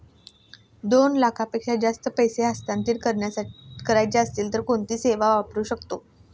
दोन लाखांपेक्षा जास्त पैसे हस्तांतरित करायचे असतील तर कोणती सेवा वापरू शकतो?